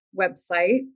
website